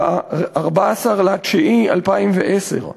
ב-14 בספטמבר 2010,